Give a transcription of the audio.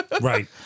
Right